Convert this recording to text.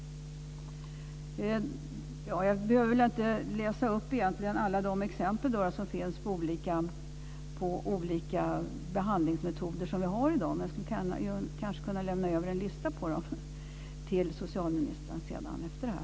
Jag behöver väl inte läsa upp alla de exempel på olika behandlingsmetoder som vi har i dag. Men jag skulle kanske kunna lämna över en lista över dem till socialministern efter det här.